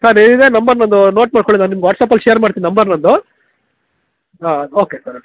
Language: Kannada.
ಸರ್ ಇದೆ ನಂಬರ್ ನನ್ನದು ನೋಟ್ ಮಾಡ್ಕೊಳ್ಳಿ ನಾನು ನಿಮಗೆ ವಾಟ್ಸ್ಆ್ಯಪಲ್ಲಿ ಶೇರ್ ಮಾಡ್ತೀನಿ ನಂಬರ್ ನನ್ನದು ಹಾಂ ಓಕೆ ಸರ್ ಓಕೆ